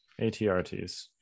ATRTs